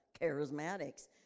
charismatics